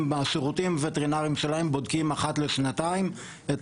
הם בשירותים הווטרינרים שלהם בודקים אחת לשנתיים את